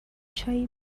چایی